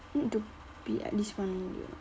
need to be at least one year